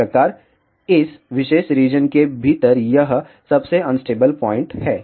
इस प्रकार इस विशेष रीजन के भीतर यह सबसे अनस्टेबल पॉइंट है